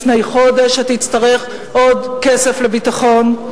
לפני חודש שתצטרך עוד כסף לביטחון,